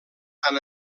han